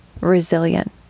resilient